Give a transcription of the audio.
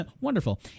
wonderful